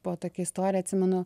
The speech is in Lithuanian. buvo tokia istorija atsimenu